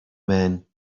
men